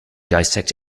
dissect